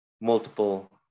multiple